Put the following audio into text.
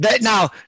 Now